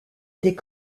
des